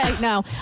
No